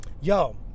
Yo